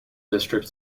district